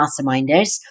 masterminders